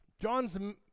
John's